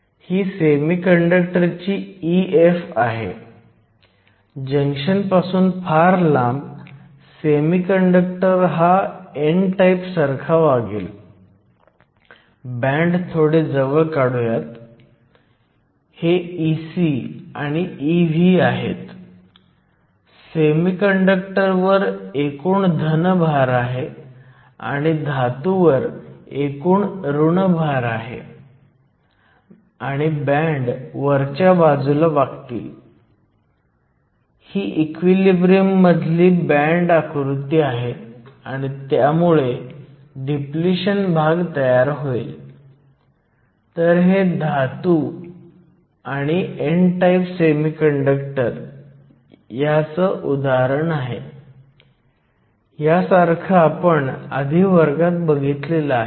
तर डिप्लीशन रुंदीचे प्रमाण WpWn हे तुमच्या डोपेंटच्या कॉन्सन्ट्रेशनच्या व्यस्त प्रमाणात आहे हे NDNA आणि अर्थातच हे लिहिण्याच्या इतर मार्गाने Wp NA आणि WD ND आणि हे चार्ज न्यूट्रॅलिटीमधून येते जेणेकरून n बाजूवर तुमच्या पॉझिटिव्ह चार्ज केलेल्या डोनरमुळे एकूण पॉझिटिव्ह चार्ज p बाजूला निगेटिव्ह चार्ज केलेल्या एक्सेप्टर आयनांमुळे एकूण निगेटिव्ह चार्जाच्या समान असणे आवश्यक आहे आणि ते 2 मूलत संतुलित असणे आवश्यक आहे